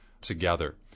together